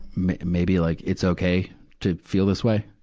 maybe like it's okay to feel this way.